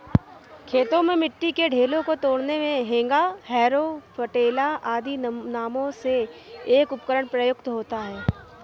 खेतों में मिट्टी के ढेलों को तोड़ने मे हेंगा, हैरो, पटेला आदि नामों से एक उपकरण प्रयुक्त होता है